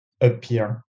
appear